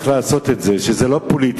איך לעשות את זה שזה לא פוליטי,